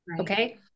Okay